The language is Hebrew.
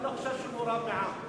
אני לא חושב שהוא מורם מעם.